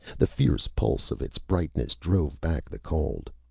the fierce pulse of its brightness drove back the cold.